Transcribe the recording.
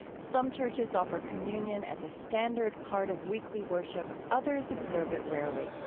some churches offer communion as a standard part of weekly worship others observe it rarely